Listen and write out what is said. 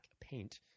paint